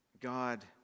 God